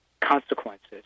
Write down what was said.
consequences